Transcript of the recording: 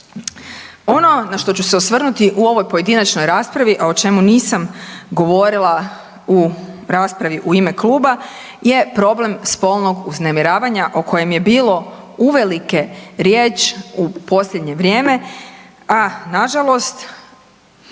Ono na što ću se osvrnuti u ovoj pojedinačnoj raspravi, a o čemu nisam govorila u raspravi u ime kluba je problem spolnog uznemiravanja o kojem je bilo uvelike riječ u posljednje vrijeme, a na žalost